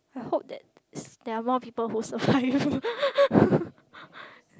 I hope that it's there are more people who survive